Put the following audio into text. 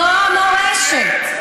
זאת המורשת.